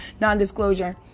non-disclosure